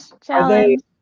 Challenge